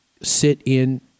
sit-in